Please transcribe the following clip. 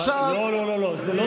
אבל זה לא